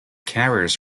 carriers